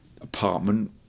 apartment